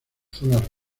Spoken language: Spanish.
zonas